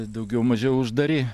daugiau mažiau uždari